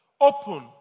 Open